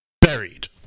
buried